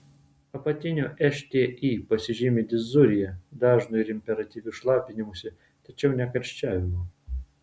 apatinių šti pasižymi dizurija dažnu ir imperatyviu šlapinimusi tačiau ne karščiavimu